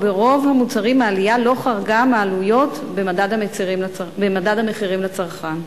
וברוב המוצרים העלייה לא חרגה מהעליות במדד במחירים לצרכן.